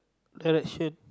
direction